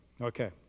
Okay